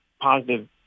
positive